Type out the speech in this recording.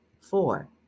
Four